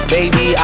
Baby